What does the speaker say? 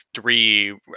three